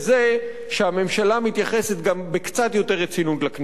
שהממשלה מתייחסת קצת יותר ברצינות לכנסת.